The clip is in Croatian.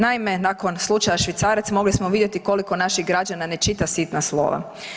Naime, nakon slučaja „švicarac“ mogli smo vidjeti koliko naših građana ne čita sitna slova.